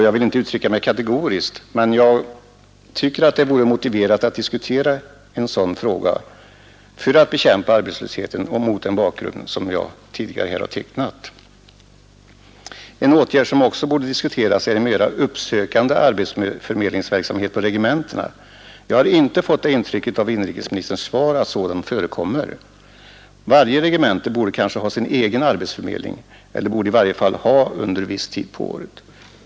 Jag vill inte ställa något kategoriskt krav, men jag tycker att det vore motiverat att diskutera en sådan åtgärd för att bekämpa arbetslösheten, särskilt mot den bakgrund som jag tidigare här har tecknat. En åtgärd som också borde diskuteras är en mera uppsökande arbetsförmedlingsverksamhet på regementena. Jag har inte fått det intrycket av inrikesministerns svar att sådan förekommer. Varje regemente borde kanske ha sin egen arbetsförmedling -— i varje fall under viss tid på året.